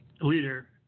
leader